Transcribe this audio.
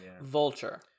Vulture